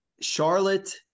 Charlotte